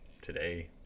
today